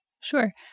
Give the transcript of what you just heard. Sure